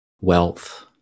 wealth